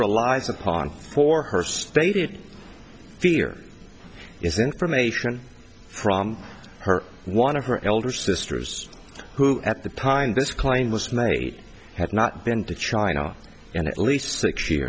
relies upon for her stated fear is information from her one of her elder sisters who at the time this claim was mary had not been to china in at least six year